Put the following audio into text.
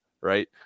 right